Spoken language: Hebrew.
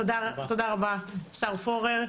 תודה, תודה רבה השר פורר.